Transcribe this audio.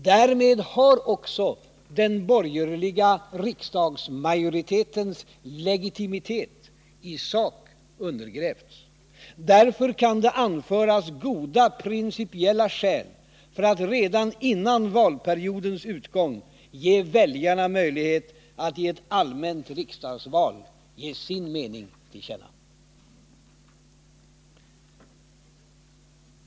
Därmed har också den borgerliga riksdagsmajoritetens legitimitet i sak undergrävts. Därför kan det anföras goda principiella skäl för att redan före valperiodens utgång ge väljarna möjlighet att i ett allmänt riksdagsval ge sin mening till känna.